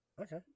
okay